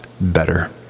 better